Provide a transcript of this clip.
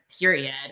period